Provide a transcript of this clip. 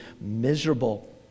miserable